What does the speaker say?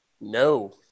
No